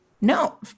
no